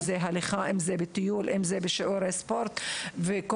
למשל, בטיול, בהליכה, בשיעורי ספורט, ועוד.